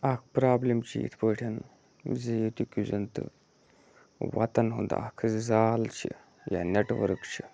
اَکھ پرٛابلِم چھِ یِتھ پٲٹھۍ زِ ییٚتیُک یُس زَن تہٕ وَتَن ہُنٛد اَکھ رِزال چھِ یا نٮ۪ٹؤرٕک چھِ